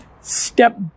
step